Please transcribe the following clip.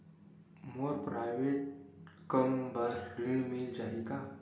मोर private कम बर ऋण मिल जाही का?